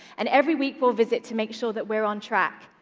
and every week we'll visit to make sure that we're on track.